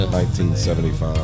1975